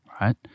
right